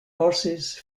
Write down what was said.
horses